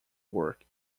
work